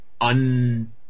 un